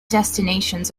destinations